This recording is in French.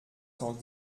cent